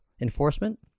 enforcement